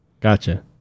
gotcha